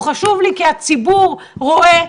הציבור רואה,